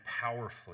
powerfully